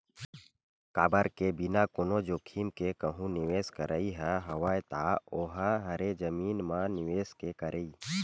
काबर के बिना कोनो जोखिम के कहूँ निवेस करई ह हवय ता ओहा हरे जमीन म निवेस के करई